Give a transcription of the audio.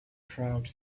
crowd